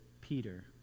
Peter